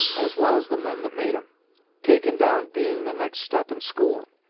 as well as the men that made em takin' down being the next step in schoolin',